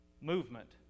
movement